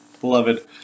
beloved